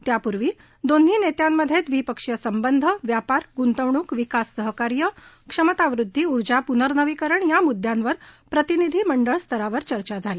त्यापूर्वी दोन्ही नेत्यांमधे द्विपक्षीय संबंध व्यापार गुंतवणूक विकास सहकार्य क्षमता वृद्धी ऊर्जा पुनर्नवीकरण या मुद्यांवर प्रतिनिधी मंडळ स्तरावर चर्चा झाली